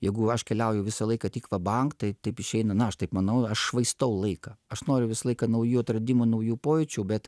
jeigu aš keliauju visą laiką tik vabank tai taip išeina na aš taip manau aš švaistau laiką aš noriu visą laiką naujų atradimų naujų pojūčių bet